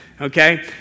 okay